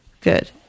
Good